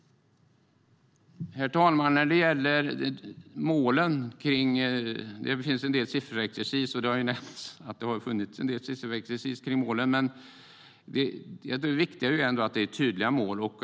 Herr talman! Som nämnts har det funnits en hel del sifferexercis kring målen, men det viktiga är att det är tydliga mål.